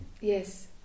Yes